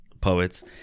poets